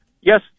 Yes